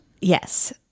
Yes